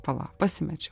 pala pasimečiau